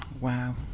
Wow